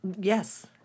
Yes